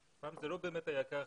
אבל פעם זה לא היה כך.